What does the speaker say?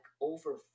over